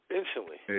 instantly